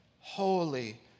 Holy